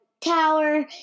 tower